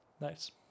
Nice